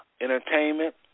Entertainment